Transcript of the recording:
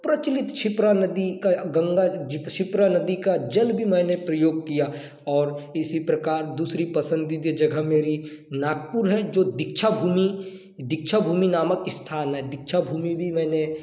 प्रचलित छिप्रा नदी के गंगा जी छिप्रा नदी का जल भी मैंने प्रयोग किया और इसी प्रकार दूसरी पसंदीदा जगह मेरी नागपुर है जो दीक्षाभूमि दीक्षाभूमि नामक स्थान है दीक्षाभूमि भी मैंने